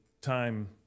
time